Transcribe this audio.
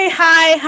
hi